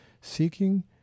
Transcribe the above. seeking